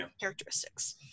characteristics